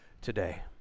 today